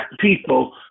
people